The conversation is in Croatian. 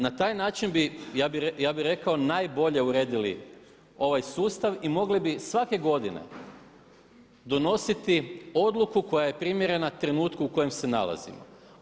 Na taj način ja bi rekao najbolje uredili ovaj sustav i mogli bi svake godine donositi odluku koja je primjerena trenutku u kojem se nalazimo.